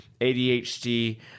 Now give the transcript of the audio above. ADHD